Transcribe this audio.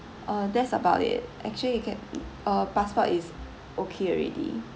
uh that's about it actually you can mm uh passport is okay already